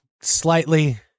slightly